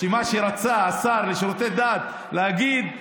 את מה שרצה השר לשירותי דת להגיד,